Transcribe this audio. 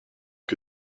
que